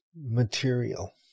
material